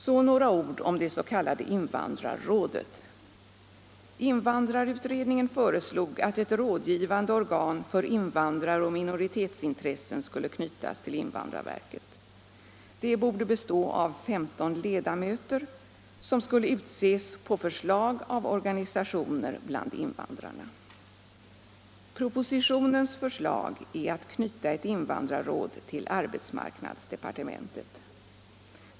Så några ord om det s.k. invandrarrådet. Invandrarutredningen föreslog att ett rådgivande organ för invandraroch minoritetsintressen skulle knytas till invandrarverket. Det borde bestå av 15 ledamöter, som skulle utses på förslag av organisationer bland invandrarna. Propositionens förslag är att knyta ett invandrarråd till arbetsmarknadsdepartementet.